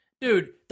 dude